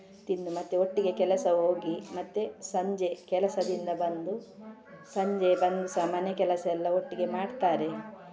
ತಿಂದು ಮತ್ತೆ ಒಟ್ಟಿಗೆ ಕೆಲಸ ಹೋಗಿ ಮತ್ತು ಸಂಜೆ ಕೆಲಸದಿಂದ ಬಂದು ಸಂಜೆ ಬಂದು ಸಹ ಮನೆ ಕೆಲಸ ಎಲ್ಲ ಒಟ್ಟಿಗೆ ಮಾಡ್ತಾರೆ